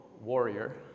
warrior